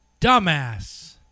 dumbass